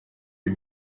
you